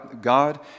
God